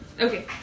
Okay